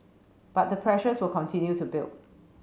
but the pressures will continue to build